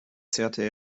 zerrte